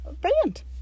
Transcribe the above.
brilliant